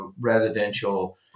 residential